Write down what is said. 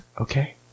Okay